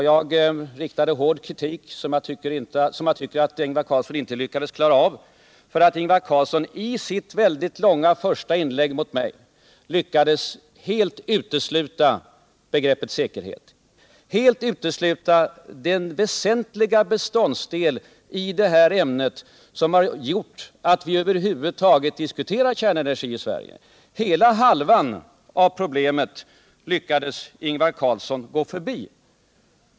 Jag uttalade kritik, som jag tycker att Ingvar Carlsson inte lyckades klara av, därför att han i sitt första långa inlägg lyckades helt utesluta begreppet säkerhet — den väsentliga beståndsdelen i detta ämne som har gjort att vi över huvud taget diskuterar kärnenergi i Sverige. Hela ena halvan av problemet lyckades Ingvar Carlsson gå förbi.